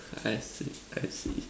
I see I see